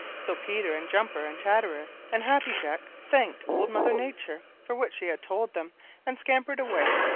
so peter and jumper and chatterer and happy jack thanked old mother nature for what she had told them and scampered away.